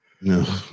No